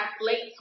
late